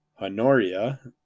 Honoria